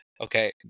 okay